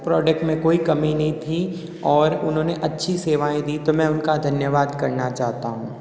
product में कोई कमी नहीं थी और उन्होंने अच्छी सेवाएँ दी तो मैं उनका धन्यवाद करना चाहता हूँ